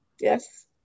Yes